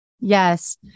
Yes